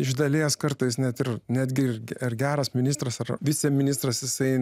iš dalies kartais net ir netgi ar geras ministras ar viceministras jisai